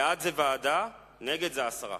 ההצבעה היא ועדה מול הסרה.